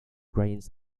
grains